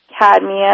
cadmium